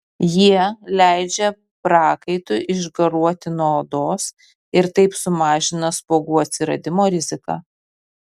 jie leidžia prakaitui išgaruoti nuo odos ir taip sumažina spuogų atsiradimo riziką